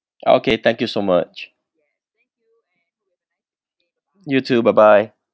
okay thank you so much you too bye bye